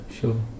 Sure